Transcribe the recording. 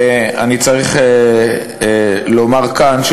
אני צריך לומר כאן,